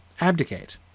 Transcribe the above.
abdicate